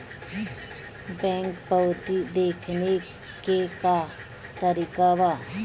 Bank पवती देखने के का तरीका बा?